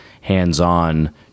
hands-on